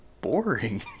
boring